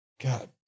God